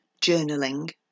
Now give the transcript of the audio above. journaling